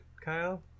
Kyle